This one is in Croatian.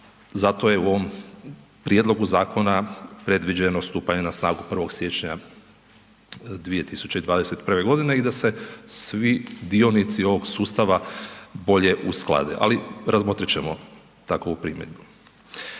zato je u ovom prijedlogu zakona predviđeno stupanje na snagu 1. siječnja 2021. godine i da se svi dionici ovog sustava bolje usklade, ali razmotrit ćemo takovu primjedbu.